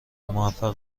موفق